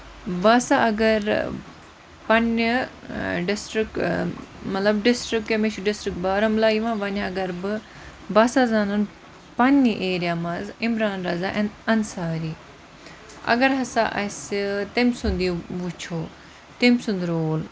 مےٚ باسان اَگر پَنٕنہِ ڈِسٹرک مطلب ڈسٹرک کیاہ مےٚ چھُ ڈِسٹرک بارامولہ یِوان وۄنۍ اَگر بہٕ بہٕ ہسا زانَن پَنٕنہِ ایریا منٛز عمران رَضا اَنساری اَگر ہسا اَسہِ تٔمۍ سُند یہِ وُچھو تٔمۍ سُند رول